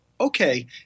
okay